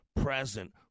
present